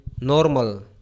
Normal